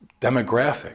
demographic